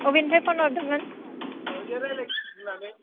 अबेनिफ्राय फन हरदोंमोन